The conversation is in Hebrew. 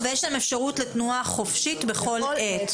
יש להם אפשרות לתנועה חופשית בכל עת.